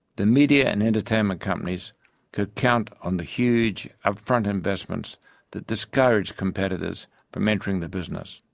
the media and entertainment companies could count on the huge, up-front investments that discouraged competitors from entering the business.